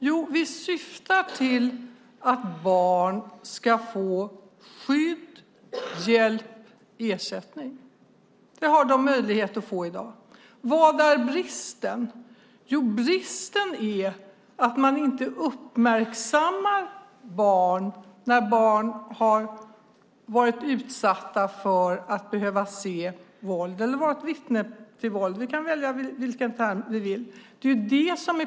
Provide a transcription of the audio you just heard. Jo, vi vill att barn ska få skydd, hjälp och ersättning. Det har de möjlighet att få i dag. Vad är bristen? Jo, bristen är att man inte uppmärksammar barn när de har utsatts för att behöva se våld eller varit vittne till våld - vi kan välja vilken term vi vill.